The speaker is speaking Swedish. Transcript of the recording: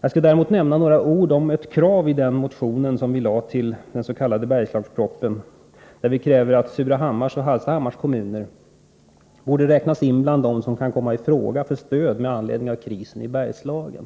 Jag skall däremot säga några ord om ett krav som vi framförde i vår motion med anledning av Bergslagspropositionen. Vi kräver att Surahammars och Hallstahammars kommuner skall räknas in bland dem som borde komma i fråga för stöd med anledning av krisen i Bergslagen.